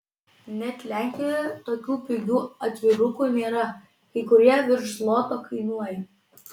net lenkijoje tokių pigių atvirukų nėra kai kurie virš zloto kainuoja